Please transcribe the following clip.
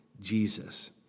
Jesus